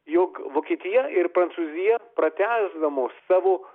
jog vokietija ir prancūzija pratęsdamos savo